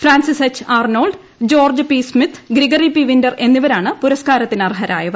Frances H Arnold George P Smith Gregory P Winter എന്നിവരാണ് പുരസ്കാരത്തിനർഹരായവർ